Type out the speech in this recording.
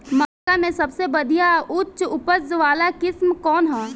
मक्का में सबसे बढ़िया उच्च उपज वाला किस्म कौन ह?